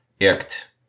act